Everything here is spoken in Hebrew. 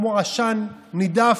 כמו עשן נידף.